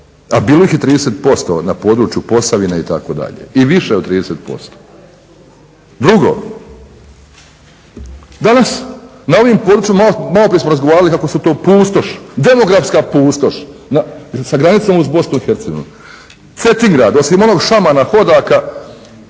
a bilo ih je 30% na području Posavine itd. I više od 30%. Drugo, danas na ovim područjima, malo prije smo razgovarali kako su to pustoš, demografska pustoš sa granicom uz Bosnu i Hercegovinu. Cetingrad osim onog Šamana Hodaka